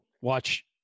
Watch